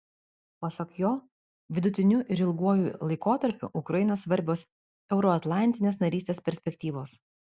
pasak jo vidutiniu ir ilguoju laikotarpiu ukrainai svarbios euroatlantinės narystės perspektyvos